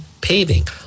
Paving